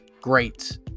great